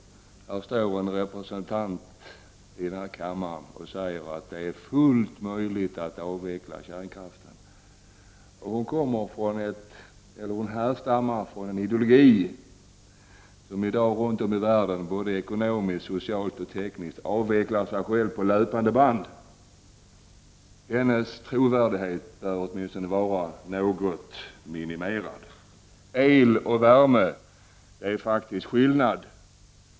Här står en ledamot av den här kammaren och säger att det är fullt möjligt att avveckla kärnkraften. Hon härstammar från en ideologi som i dag runt om i världen i ekonomiskt, socialt och tekniskt avseende avvecklar sig själv på löpande band. Hennes trovärdighet bör vara åtminstone något minimerad. El och värme — det är faktiskt skillnad!